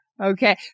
Okay